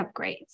upgrades